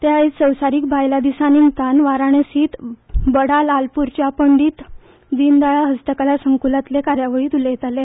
ते आयज संवसारीक बायलां दिसा निमतान वाराणासींत बडा लालपुरच्या पंडीत दिनदयाळ हस्तकला संकुलातले कार्यावळींत उलयताले